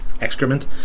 excrement